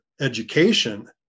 education